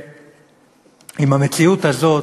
ועם המציאות הזאת